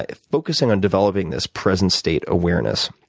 ah focusing on developing this present state awareness,